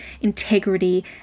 integrity